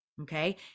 okay